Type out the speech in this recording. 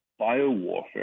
biowarfare